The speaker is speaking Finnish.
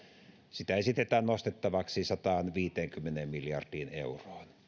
esitetään nostettavaksi sataanviiteenkymmeneen miljardiin euroon